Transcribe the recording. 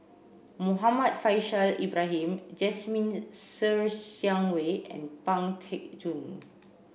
Muhammad Faishal Ibrahim Jasmine Ser Xiang Wei and Pang Teck Joon